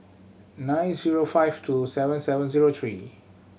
nine zero five two seven seven zero three